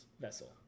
Vessel